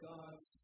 God's